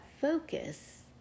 focus